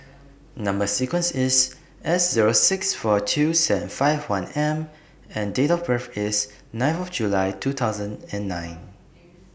Number sequence IS S Zero six four two seven five one M and Date of birth IS nine of July two thousand and nine